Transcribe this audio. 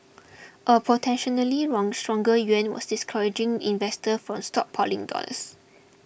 a potentially wrong stronger yuan was discouraging investors from stockpiling dollars